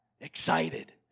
excited